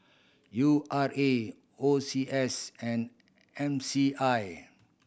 U R A O C S and M C I